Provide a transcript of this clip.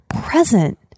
present